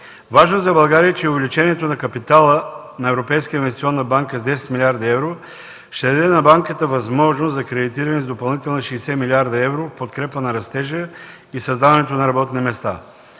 Важно за България е, че увеличението на капитала на Европейската инвестиционна банка с 10 млрд. лв. ще даде на банката възможност за кредитиране с допълнителни 60 млрд. лв. в подкрепа на растежа и създаването на работни места.